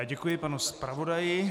Děkuji panu zpravodaji.